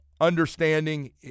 understanding